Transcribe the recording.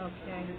Okay